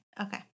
Okay